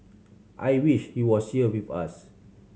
I wish he was here with us